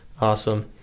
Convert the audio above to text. Awesome